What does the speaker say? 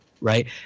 Right